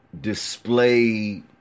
display